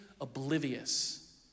oblivious